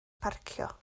parcio